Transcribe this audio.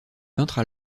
peintre